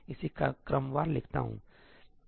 इसे क्रमवार लिखता हूं